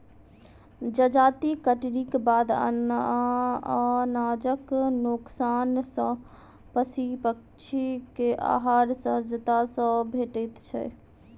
जजाति कटनीक बाद अनाजक नोकसान सॅ पशु पक्षी के आहार सहजता सॅ भेटैत छै